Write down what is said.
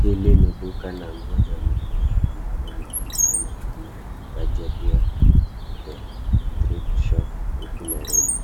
Hili ni duka la nguo za mitumba ambalo linaonekana kama Budget Wear the Thrift Shop huku Nairobi.